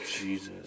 Jesus